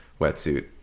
wetsuit